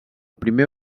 primer